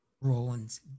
Roland's